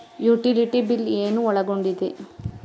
Utility bill ಏನು ಒಳಗೊಂಡಿದೆ?